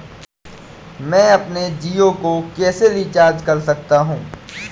मैं अपने जियो को कैसे रिचार्ज कर सकता हूँ?